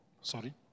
Sorry